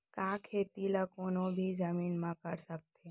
का खेती ला कोनो भी जमीन म कर सकथे?